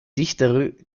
dichtere